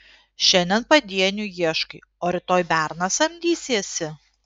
šiandien padienių ieškai o rytoj berną samdysiesi